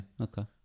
Okay